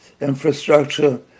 infrastructure